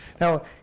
Now